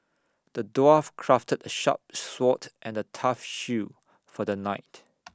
the dwarf crafted A sharp sword and A tough shield for the knight